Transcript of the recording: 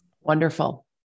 Wonderful